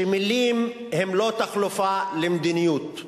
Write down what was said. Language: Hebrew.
שמלים הן לא חלופה למדיניות,